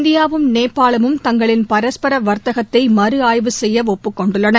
இந்தியாவும் நேபாளமும் தங்களின் பரஸ்பர வர்த்தகத்தை மறு ஆய்வு செய்ய ஒப்புக்கொண்டுள்ளன